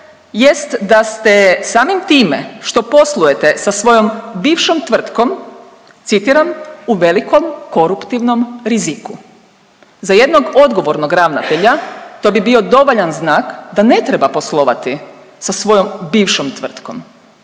jest da ste samim time što poslujete sa svojom bivšom tvrtkom, citiram u velikom koruptivnom riziku. Za jednog odgovornog ravnatelja to bi bio dovoljan znak da ne treba poslovati sa svojoj bivšom tvrtkom